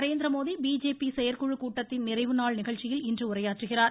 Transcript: Narendra Modi BJP செயற்குழு கூட்டத்தின் நிறைவு நாள் நிகழ்ச்சியில் இன்று உரையாற்றுகிறார்